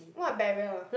what barrier